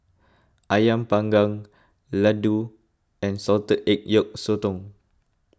Ayam Panggang Laddu and Salted Egg Yolk Sotong